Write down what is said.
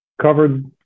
covered